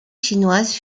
chinoises